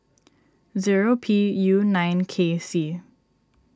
zero P U nine K C